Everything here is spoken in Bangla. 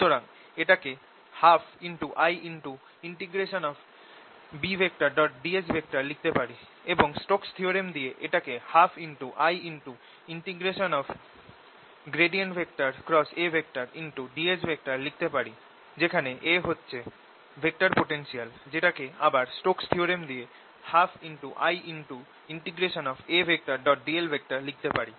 সুতরাং এটাকে 12IBdS লিখতে পারি এবং স্টোকস থিওরেম দিয়ে এটাকে 12IdS লিখতে পারি যেখানে A হচ্ছে ভেক্টর পোটেনশিয়াল যেটা কে আবার স্টোকস থিওরেম দিয়ে 12IAdl লিখতে পারি